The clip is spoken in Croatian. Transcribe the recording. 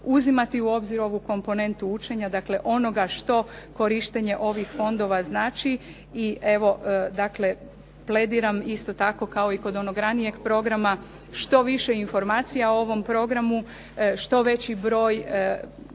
uzimati u obzir ovu komponentu učenja, dakle onoga što korištenje ovih fondova znači. I evo dakle plediram isto tako kao i kod onog ranijeg programa što više informacija o ovom programu, što veći broj